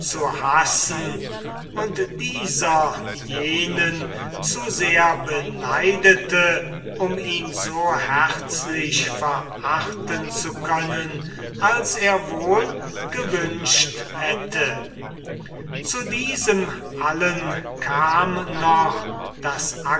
zu hassen und dieser jenen zu sehr beneidete um ihn so herzlich verachten zu können als er wohl gewünscht hätte zu diesem allem kam noch daß